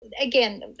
again